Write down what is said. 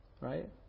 Right